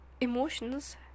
emotions